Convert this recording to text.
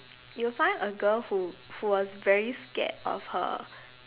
you will find a girl who who was very scared of her